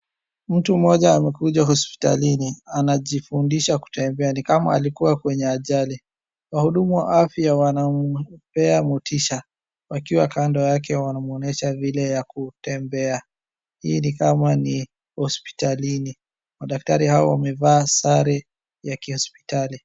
Mtu mmoja amekuja hospitalini, anajifundisha kutembea ni kama alikuwa kwenye ajali. Wahudumu wa afya wanampea motisha wakiwa kando yake wanamuonyesha vile ya kutembea ili kama ni hospitalini. Madaktari hawa wamevaa sare ya kihospitali.